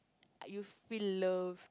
are you feel loved